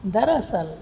दरअसलि